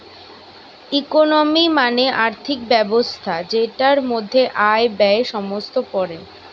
economy মানে আর্থিক ব্যবস্থা যেটার মধ্যে আয়, ব্যয়ে সমস্ত পড়ে